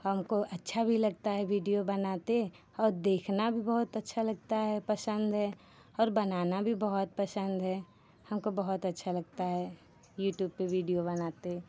हमको अच्छा भी लगता है वीडियो बनाते और देखना भी बहुत अच्छा लगता है पसन्द है और बनाना भी बहुत पसन्द है हमको बहुत अच्छा लगता है यूट्यूब पर वीडियो बनाते